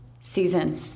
season